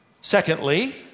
Secondly